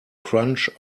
crunch